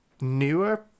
newer